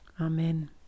Amen